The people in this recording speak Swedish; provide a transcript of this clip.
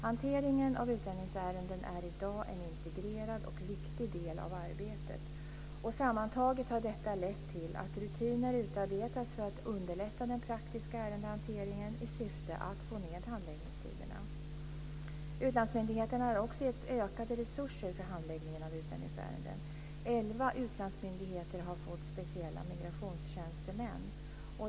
Hanteringen av utlänningsärenden är i dag en integrerad och viktig del av arbetet. Sammantaget har detta lett till att rutiner utarbetats för att underlätta den praktiska ärendehanteringen i syfte att få ned handläggningstiderna. Utlandsmyndigheterna har också getts ökade resurser för handläggningen av utlänningsärenden. Elva utlandsmyndigheter har fått speciella migrationstjänstemän.